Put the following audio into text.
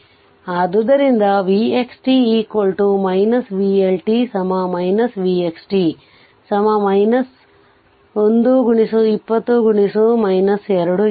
ಆದ್ದರಿಂದ vLt vLt L didt ಆಗಿರುತ್ತದೆ